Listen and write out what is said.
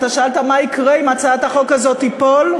שאלת מה יקרה אם הצעת החוק הזאת תיפול.